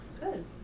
Good